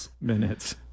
minutes